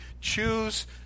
choose